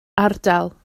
ardal